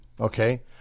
Okay